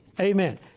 Amen